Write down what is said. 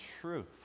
truth